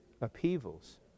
upheavals